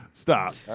Stop